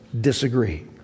Disagree